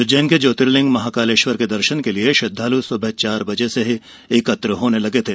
उज्जैन के ज्योतिर्लिंग महाकालेश्वर के दर्शन के लिए श्रद्धाल् सुबह चार बजे से ही एकत्र होने लगे थे